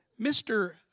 Mr